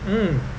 mm mm